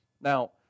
Now